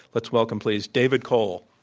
let's welcome, please, david cole.